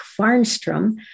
Farnstrom